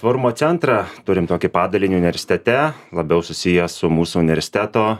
tvarumo centrą turim tokį padalinį universitete labiau susiję su mūsų universiteto